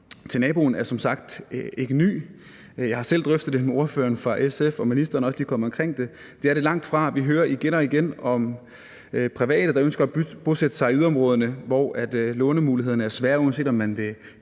ny – det er den langt fra. Jeg har selv drøftet det med ordføreren for SF, og ministeren er også lige kommet omkring det. Vi hører igen og igen om private, der ønsker at bosætte sig i yderområderne, hvor lånemulighederne er svære, uanset om man vil købe